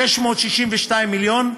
662 מיליון והצמדה,